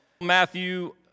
Matthew